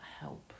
help